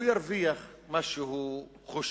הוא ירוויח מה שהוא חושב,